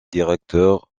directeur